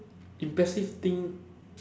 impressive thing